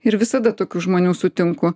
ir visada tokių žmonių sutinku